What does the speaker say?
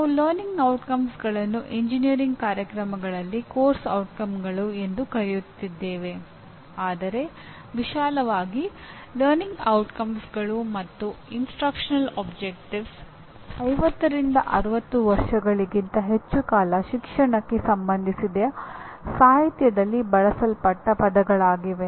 ನಾವು ಲರ್ನಿಂಗ್ ಔಟ್ಕಮ್ಸ್ಗಳನ್ನು 50 ರಿಂದ 60 ವರ್ಷಗಳಿಗಿಂತ ಹೆಚ್ಚು ಕಾಲ ಶಿಕ್ಷಣಕ್ಕೆ ಸಂಬಂಧಿಸಿದ ಸಾಹಿತ್ಯದಲ್ಲಿ ಬಳಸಲ್ಪಟ್ಟ ಪದಗಳಾಗಿವೆ